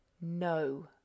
No